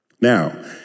Now